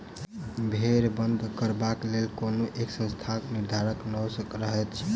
भेंड़ बध करबाक लेल कोनो एक स्थानक निर्धारण नै रहैत छै